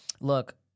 look